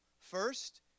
First